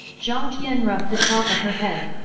jiang tian rubbed the top of her head,